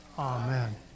Amen